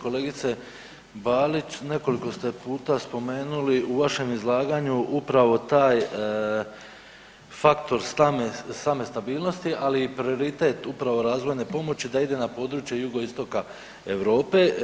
Kolegice Balić, nekoliko ste puta spomenuli u vašem izlaganju upravo taj faktor same stabilnosti ali i prioritet upravo razvojne pomoći da ide na područje Jugoistoka Europe.